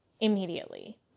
immediately